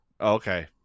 Okay